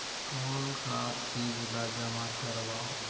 कौन का चीज ला जमा करवाओ?